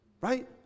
right